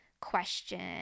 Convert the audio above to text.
question